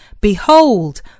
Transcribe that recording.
Behold